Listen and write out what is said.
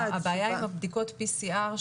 הבעיה עם בדיקות ה-PCR,